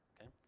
okay